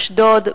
אשדוד,